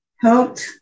helped